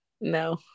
no